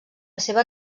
seva